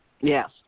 yes